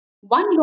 One